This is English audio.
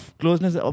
closeness